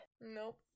Nope